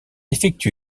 effectue